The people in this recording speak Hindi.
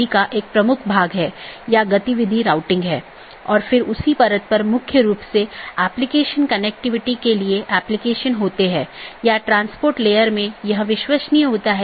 बाहरी गेटवे प्रोटोकॉल जो एक पाथ वेक्टर प्रोटोकॉल का पालन करते हैं और ऑटॉनमस सिस्टमों के बीच में सूचनाओं के आदान प्रदान की अनुमति देता है